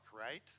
right